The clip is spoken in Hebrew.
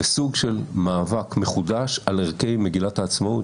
זה סוג של מאבק מחודש על ערכי מגילת העצמאות